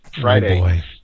Friday